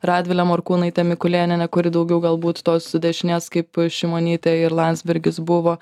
radvile morkūnaite mikulėniene kuri daugiau galbūt tos dešinės kaip šimonytė ir landsbergis buvo